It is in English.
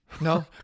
No